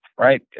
Right